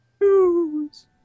News